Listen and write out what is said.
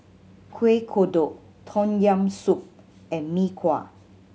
Kuih Kodok Tom Yam Soup and Mee Kuah